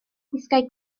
gwisgai